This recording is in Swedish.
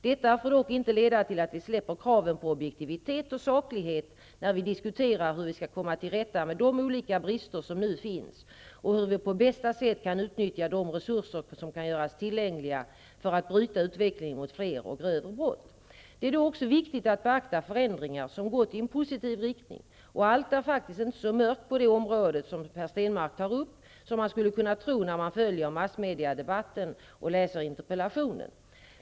Detta får dock inte leda till att vi släpper kraven på objektivitet och saklighet när vi diskuterar hur vi skall komma till rätta med de olika brister som nu finns och hur vi på bästa sätt kan utnyttja de resurser som kan göras tillgängliga för att bryta utvecklingen mot fler och grövre brott. Det är då också viktigt att beakta förändringar som gått i en positiv riktning. Och allt är faktiskt inte så mörkt på det område som Per Stenmarck tar upp som man skulle kunna tro när man följer massmediadebatten och läser hans interpellation.